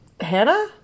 Hannah